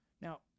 Now